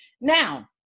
Now